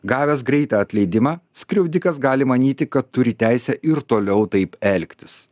gavęs greitą atleidimą skriaudikas gali manyti kad turi teisę ir toliau taip elgtis